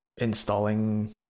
installing